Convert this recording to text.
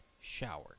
showered